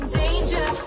danger